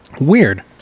Weird